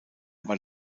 war